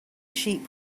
sheep